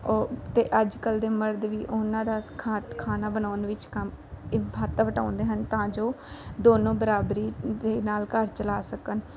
ਉਹ ਅਤੇ ਅੱਜ ਕੱਲ੍ਹ ਦੇ ਮਰਦ ਵੀ ਉਹਨਾਂ ਦਾ ਖਾਣਾ ਖਾਣਾ ਬਣਾਉਣ ਵਿੱਚ ਕੰਮ ਹੱਥ ਵਟਾਉਂਦੇ ਹਨ ਤਾਂ ਜੋ ਦੋਨੋਂ ਬਰਾਬਰੀ ਦੇ ਨਾਲ ਘਰ ਚਲਾ ਸਕਣ